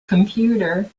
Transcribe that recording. computer